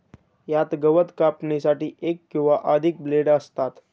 यात गवत कापण्यासाठी एक किंवा अधिक ब्लेड असतात